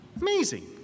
Amazing